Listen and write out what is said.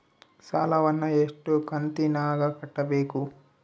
ಸಾಲವನ್ನ ಎಷ್ಟು ಕಂತಿನಾಗ ಕಟ್ಟಬೇಕು?